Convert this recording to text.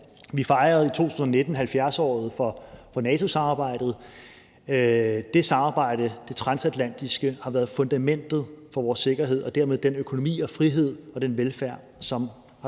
Vi fejrede i 2019 70-året for NATO-samarbejdet. Det transatlantiske samarbejde har været fundamentet for vores sikkerhed og dermed den økonomi og frihed og velfærd,